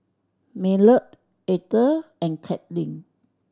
Maynard Eathel and Katlynn